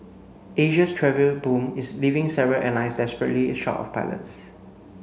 Asia's travel boom is leaving several airlines desperately short of pilots